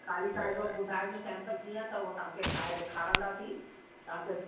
खाली तव्हां हिकिड़ो ॿुधाइजो सैम्पल कीअं अथव उहो तव्हां खे ठाहे ॾेखारींदासीं तव्हां खे